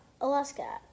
Alaska